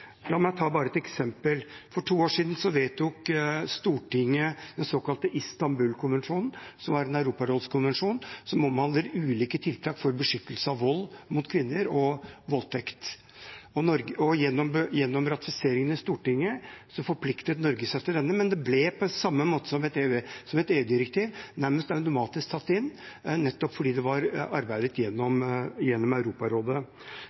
La meg bare ta et eksempel. For to år siden vedtok Stortinget den såkalte Istanbul-konvensjonen, som er en europarådskonvensjon, som omhandler ulike tiltak for å beskytte kvinner mot vold og voldtekt. Gjennom ratifiseringen i Stortinget forpliktet Norge seg til denne, men den ble, på samme måte som ved et EU-direktiv, nærmest automatisk tatt inn, nettopp fordi den var arbeidet gjennom i Europarådet.